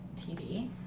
TV